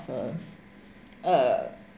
uh uh